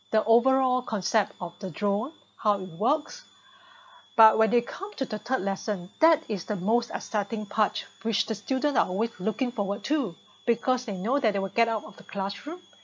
the overall concept of the drone how it works but when they come to the third lesson that is the most attaching part which the students are always looking forward to because they know that they would get out of the classroom